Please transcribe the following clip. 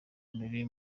mbere